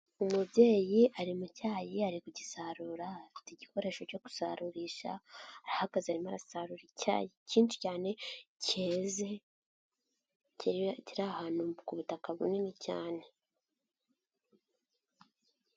Umubyeyi ari mu cyayi ari kugisarura afite igikoresho cyo gusarurisha arahagaze arimo arasarura icyayi cyinshi cyane keze ahantu ku butaka bunini cyane.